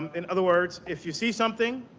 and other words, if you see something,